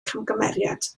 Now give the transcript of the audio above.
camgymeriad